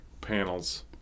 panels